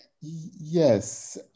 Yes